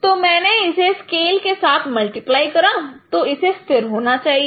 तो मैंने इसे स्केल के साथ मल्टिप्लाई करा तो इसे स्थिर होना चाहिए